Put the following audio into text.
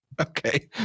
okay